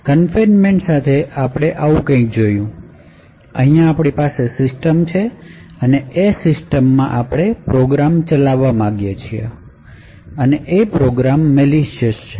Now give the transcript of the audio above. confinement સાથે આપણે આવું કંઇક જોયું અહીંયા આપણી પાસે સીસ્ટમ છે અને એ સિસ્ટમ માં આપણે પ્રોગ્રામ ચલાવવા માગીએ છીએ અને એ પ્રોગ્રામ મેલિશયસ છે